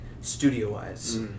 studio-wise